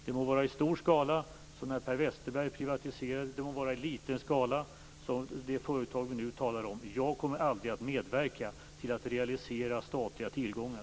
Det må vara i stor skala, som när Per Westerberg privatiserade, eller i liten skala, som det företag vi nu talar om, men jag kan försäkra Per Westerberg att jag aldrig kommer att medverka till att realisera statliga tillgångar.